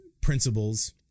principles